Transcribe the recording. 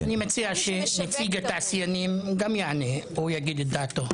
אני מציע שנציג התעשיינים גם יענה ויגיד דעתו.